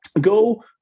Go